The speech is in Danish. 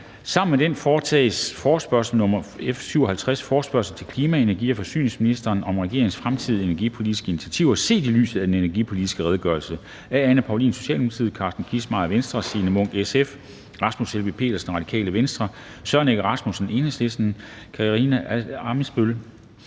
30) Forespørgsel nr. F 57: Forespørgsel til klima-, energi- og forsyningsministeren om regeringens fremtidige energipolitiske initiativer set i lyset af den energipolitiske redegørelse.